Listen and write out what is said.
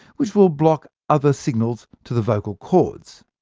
which will block other signals to the vocal cords.